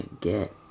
get